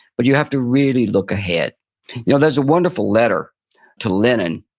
but you have to really look ahead you know, there's a wonderful letter to lenin,